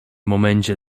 momencie